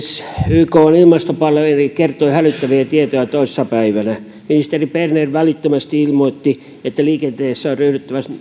ykn ilmastopaneeli kertoi hälyttäviä tietoja toissa päivänä ministeri berner välittömästi ilmoitti että liikenteessä on